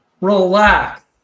relax